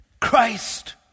Christ